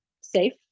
safe